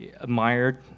admired